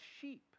sheep